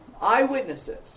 eyewitnesses